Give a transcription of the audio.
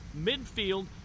midfield